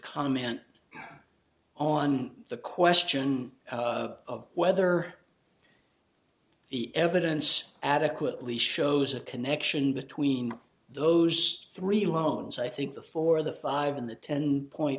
comment on the question of weather the evidence adequately shows a connection between those three loans i think the for the five and the ten point